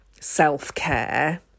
self-care